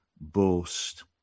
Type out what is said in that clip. boast